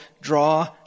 draw